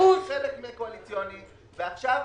וחוץ מזה,